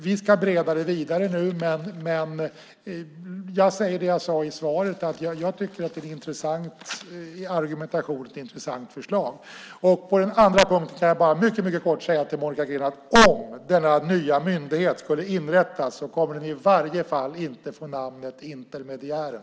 Vi ska bereda det vidare nu, men jag säger det jag sade i svaret: Jag tycker att det är en intressant argumentation och ett intressant förslag. På den andra punkten kan jag bara mycket kort säga till Monica Green att om denna nya myndighet skulle inrättas kommer den i varje fall inte att få namnet Intermediären!